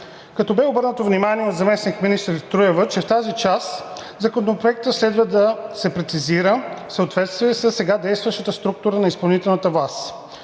като бе обърнато внимание от заместник-министър Труева, че в тази част Законопроектът следва да се прецизира в съответствие със сега действащата структура на изпълнителната власт.